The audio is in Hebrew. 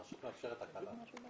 הרשות מאפשרת הקלה.